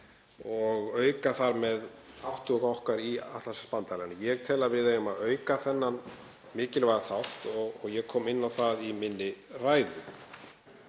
og auka þar með þátttöku okkar í Atlantshafsbandalaginu. Ég tel að við eigum að auka þennan mikilvæga þátt og ég kom inn á það í minni ræðu.